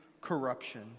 corruption